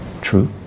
True